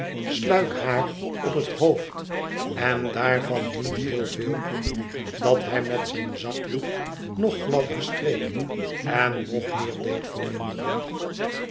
sluik haar op het hoofd en daarvan niet heel veel dat hij met zijn zakdoek nog gladder streek en nog meer deed verminderen